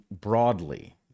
broadly